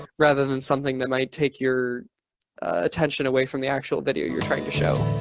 rather than something that might take your attention away from the actual video you're trying to show.